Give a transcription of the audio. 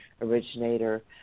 originator